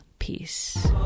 peace